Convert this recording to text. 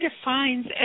defines